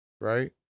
right